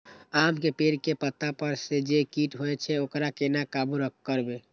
आम के पेड़ के पत्ता पर जे कीट होय छे वकरा केना काबू करबे?